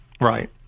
Right